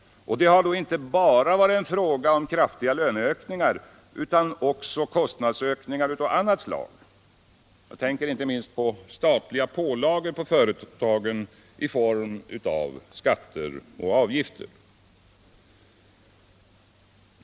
Det har då inte bara varit fråga om kraftiga löneökningar utan också om kostnadsökningar av annat slag. Jag tänker inte minst på nya statliga pålagor på företagen i form av skatter och avgifter.